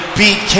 beat